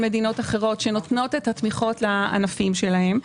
מדינות אחרות שנותנות תמיכות לענפים שלהן.